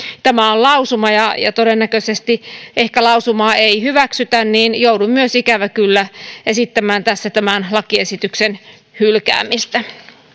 tämä on lausuma ja koska todennäköisesti lausumaa ei hyväksytä niin joudun myös ikävä kyllä esittämään tässä tämän lakiesityksen hylkäämistä ja